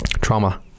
trauma